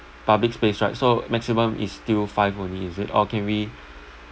public space right so maximum is still five only is it or can we